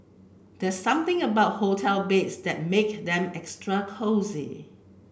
there's something about hotel beds that make them extra cosy